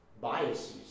biases